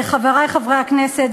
חברי חברי הכנסת,